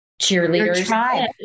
cheerleaders